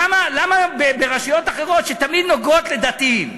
למה ברשויות אחרות שתמיד נוגעות לדתיים?